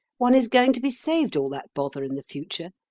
one is going to be saved all that bother in the future.